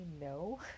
no